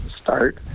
start